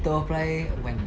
to apply when